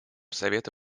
совета